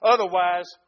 Otherwise